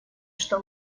что